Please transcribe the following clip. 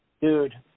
Dude